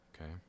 Okay